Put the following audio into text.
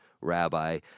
rabbi